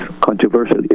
controversial